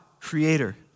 creator